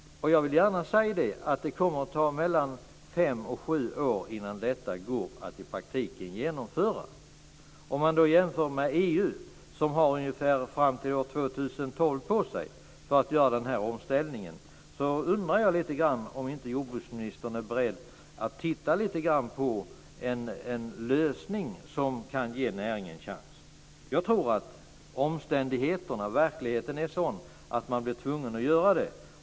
Jag bedömer att det kommer att ta mellan fem och sju år att i praktiken genomföra detta. Vi kan jämföra med vad som gäller i övriga EU, där man har tid på sig fram till år 2012 för att göra denna omställning. Jag undrar om jordbruksministern inte är beredd att titta lite grann på en lösning som kan ge näringen en chans. Jag tror att verkligheten är sådan att man blir tvungen till detta.